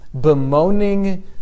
bemoaning